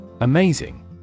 Amazing